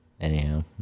Anyhow